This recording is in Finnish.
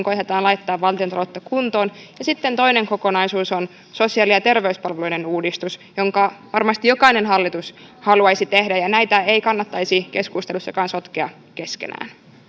koetetaan laittaa valtiontaloutta kuntoon ja sitten toinen kokonaisuus joka on sosiaali ja terveyspalveluiden uudistus jonka varmasti jokainen hallitus haluaisi tehdä näitä ei kannattaisi keskusteluissakaan sotkea keskenään